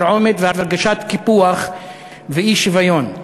תרעומת והרגשת קיפוח ואי-שוויון,